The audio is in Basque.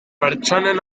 pertsonen